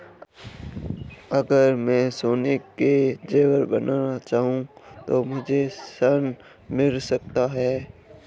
अगर मैं सोने के ज़ेवर बनाना चाहूं तो मुझे ऋण मिल सकता है?